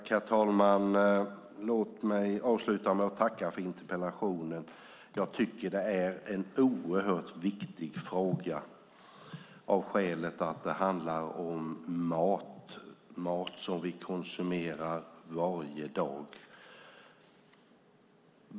Herr talman! Låt mig avsluta med att tacka för interpellationen. Jag tycker att det här är en oerhört viktig fråga eftersom det handlar om mat som vi konsumerar varje dag.